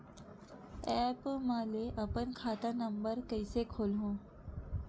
App म ले अपन खाता नम्बर कइसे खोलहु?